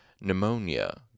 pneumonia